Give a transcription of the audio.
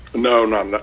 no, no, um no,